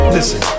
Listen